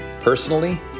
Personally